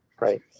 Right